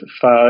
far